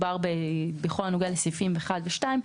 בכל הנוגע לסעיפים 1 ו-2,